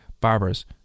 barbers